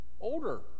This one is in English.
older